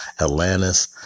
Atlantis